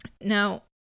now